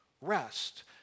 rest